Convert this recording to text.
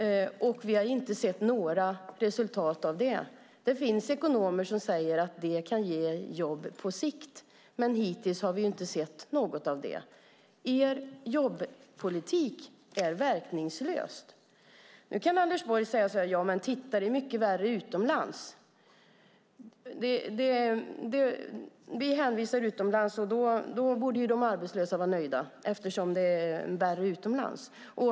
Vi har inte sett några resultat av det. Det finns ekonomer som säger att det kan ge jobb på sikt, men hittills har vi inte sett något av det. Er jobbpolitik är verkningslös. Nu kan Anders Borg säga: Titta, det är mycket värre utomlands! Ni hänvisar utomlands, och då borde de arbetslösa vara nöjda eftersom det är värre utomlands.